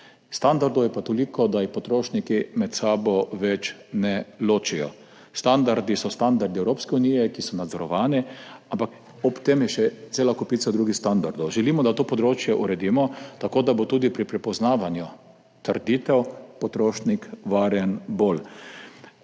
Standardov je pa toliko, da jih potrošniki med sabo več ne ločijo. Standardi so standardi Evropske unije, ki so nadzorovani, ampak ob tem je še cela kopica drugih standardov. To področje želimo urediti tako, da bo tudi pri prepoznavanju trditev potrošnik bolj